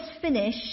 finish